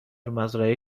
مزرعه